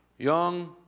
young